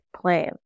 plan